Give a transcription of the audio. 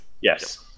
Yes